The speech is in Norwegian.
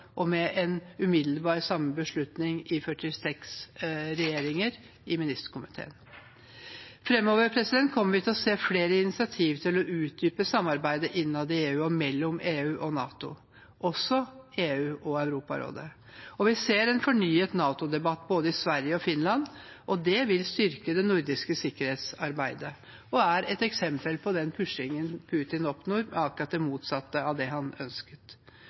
og med en umiddelbar tilsvarende beslutning fra 46 regjeringer i ministerkomiteen. Framover kommer vi til å se flere initiativ til å utdype samarbeidet innad i EU og mellom EU og NATO, og også mellom EU og Europarådet. Vi ser også en fornyet NATO-debatt, både i Sverige og i Finland. Det vil styrke det nordiske sikkerhetsarbeidet og er et eksempel på pushingen Putin oppnår, som er akkurat det motsatte av det han